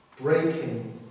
breaking